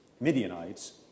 Midianites